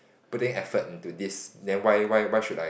putting effort in to this then why why why should I